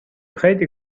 خیلی